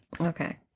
Okay